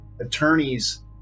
attorneys